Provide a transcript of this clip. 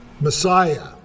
Messiah